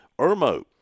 Irmo